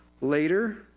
later